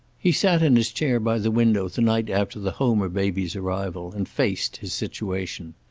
he sat in his chair by the window the night after the homer baby's arrival, and faced his situation.